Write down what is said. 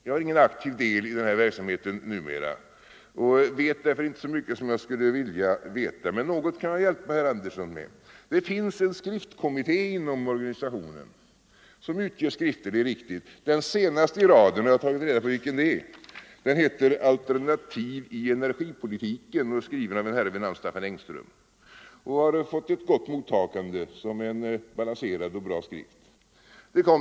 Jag har ingen aktiv del i den här verksamheten numera, och jag vet därför inte så mycket som jag skulle vilja veta, men någonting kan jag hjälpa herr Andersson med. Det finns en skriftkommitté inom organisationen, som utger skrifter — det är riktigt. Den senaste i raden är Alternativ i energipolitiken, och den är skriven av en herre vid namn Staffan Engström. Den har fått ett gott mottagande som en balanserad och bra skrift.